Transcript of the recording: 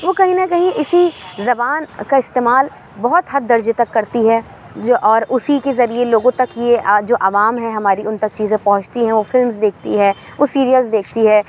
وہ کہیں نہ کہیں اِسی زبان کا استعمال بہت حد درجے تک کرتی ہے جو اور اُسی کے ذریعے لوگوں تک یہ جو عوام ہے ہماری اُن تک چیزیں پہنچتی ہیں وہ فلمز دیکھتی ہے وہ سیریلز دیکھتی ہے